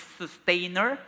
sustainer